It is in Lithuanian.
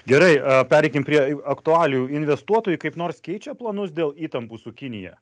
gerai pereikim prie aktualijų investuotojai kaip nors keičia planus dėl įtampų su kinija